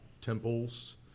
temples